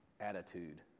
attitude